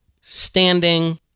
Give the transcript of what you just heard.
standing